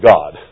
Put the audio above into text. God